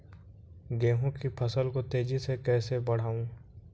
गेहूँ की फसल को तेजी से कैसे बढ़ाऊँ?